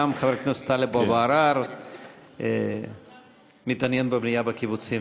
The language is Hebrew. גם חבר הכנסת טלב אבו עראר מתעניין בבנייה בקיבוצים,